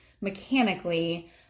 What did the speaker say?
mechanically